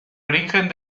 origen